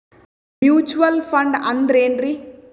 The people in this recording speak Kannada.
ಮ್ಯೂಚುವಲ್ ಫಂಡ ಅಂದ್ರೆನ್ರಿ?